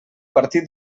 partir